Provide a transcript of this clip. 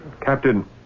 Captain